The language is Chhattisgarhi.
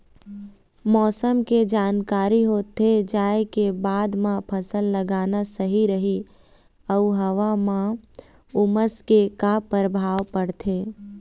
मौसम के जानकारी होथे जाए के बाद मा फसल लगाना सही रही अऊ हवा मा उमस के का परभाव पड़थे?